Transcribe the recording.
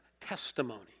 testimony